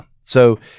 So-